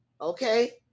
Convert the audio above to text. Okay